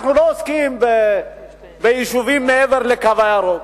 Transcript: אנחנו לא עוסקים ביישובים מעבר ל"קו הירוק".